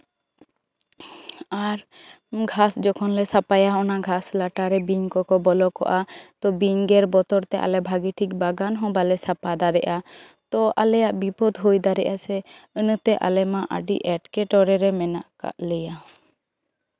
ᱟᱨ ᱜᱷᱟᱥ ᱡᱚᱠᱷᱚᱱᱞᱮ ᱥᱟᱯᱷᱟᱭᱟ ᱚᱱᱟ ᱜᱷᱟᱥ ᱞᱟᱴᱟᱨᱮ ᱵᱤᱧ ᱠᱚᱠᱚ ᱛᱚ ᱵᱤᱧ ᱜᱮᱨ ᱵᱚᱛᱚᱨ ᱛᱮ ᱟᱞᱮ ᱵᱷᱟᱹᱜᱤ ᱴᱷᱤᱠ ᱵᱟᱜᱟᱱ ᱦᱚᱸ ᱵᱟᱞᱮ ᱥᱟᱯᱷᱟ ᱫᱟᱲᱮᱜᱼᱟ ᱛᱚ ᱟᱞᱮᱭᱟᱜ ᱵᱤᱯᱚᱫ ᱦᱩᱭ ᱫᱟᱲᱮᱭᱟᱜ ᱥᱮ ᱚᱱᱟᱛᱮ ᱟᱞᱮ ᱢᱟ ᱟᱹᱰᱤ ᱮᱸᱴᱠᱮᱴᱚᱲᱮ ᱨᱮ ᱢᱮᱱᱟᱜ ᱠᱟᱜ ᱞᱮᱭᱟ